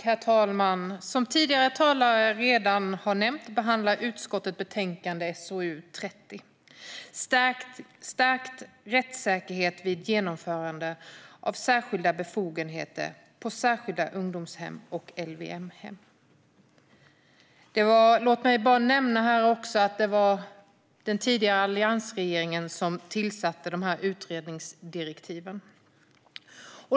Herr talman! Som tidigare talare redan har nämnt behandlar utskottet betänkande SoU30 Stärkt rättssäkerhet vid genomförande av särskilda befogenheter på särskilda ungdomshem och LVM-hem . Låt mig nämna att det var den tidigare alliansregeringen som tillsatte utredningsdirektiven.